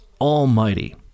Almighty